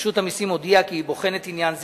רשות המסים הודיעה כי היא בוחנת עניין זה,